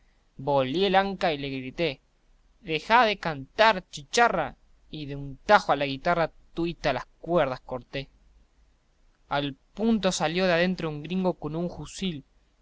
la anca y le grité dejá de cantar chicharra y de un tajo a la guitarra tuitas las cuerdas corté al punto salió de adentro un gringo con un jusil